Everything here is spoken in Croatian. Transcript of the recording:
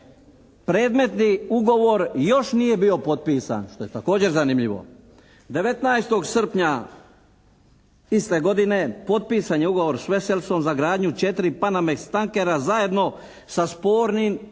Predmetni ugovor još nije bio potpisan, što je također zanimljivo. 19. srpnja iste godine potpisan je ugovor sa "Veselsom" za gradnju 4 panamejs tankera zajedno sa spornim pobočnim